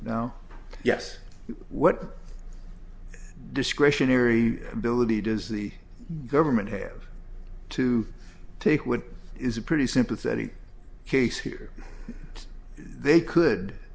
now yes what discretionary ability does the government have to take what is a pretty sympathetic case here they could